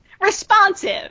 Responsive